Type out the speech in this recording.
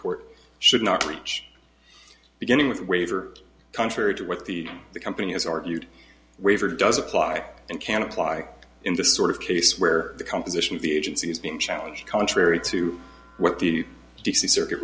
court should not reach beginning with waiver contrary to what the company has argued waiver does apply and can apply in the sort of case where the composition of the agency is being challenged contrary to what the d c circuit